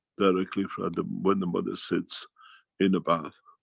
directly from the. when the mother sits in the bath.